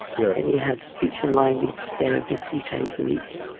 yeah and he had speech and language therapy three times a week.